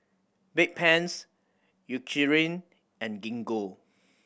Bedpans Eucerin and Gingko